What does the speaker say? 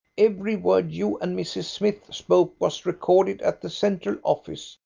every word you and mrs. smythe spoke was recorded at the central office,